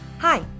Hi